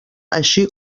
així